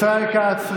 ישראל כץ,